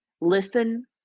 listen